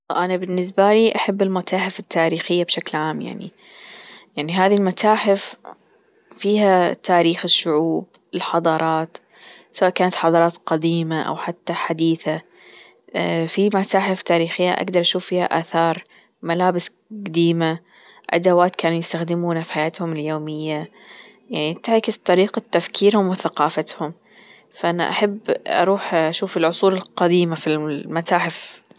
أنا بالنسبة لي أحب المتاحف التاريخية بشكل عام يعني، يعني هذي المتاحف فيها تاريخ الشعوب الحضارات سواء كانت حضارات قديمة او حتى حديثة في متاحف تاريخية أجدر أشوف فيها آثار ملابس جديمة أدوات كانوا يستخدمونها في حياتهم اليومية يعني تعكس طريقة تفكيرهم وثقافتهم فأنا أحب أروح اشوف العصور القديمة في المتاحف.